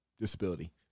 disability